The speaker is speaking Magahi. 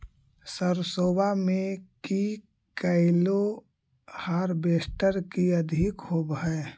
सरसोबा मे की कैलो हारबेसटर की अधिक होब है?